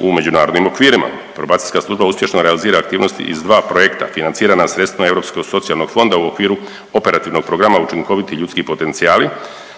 u međunarodnim okvirima. Probacijska služba uspješno realizira aktivnosti iz dva projekta financirana sredstvima Europskog socijalnog fonda u okviru Operativnog programa - Učinkoviti ljudski potencijali,